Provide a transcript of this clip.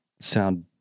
sound